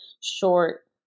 short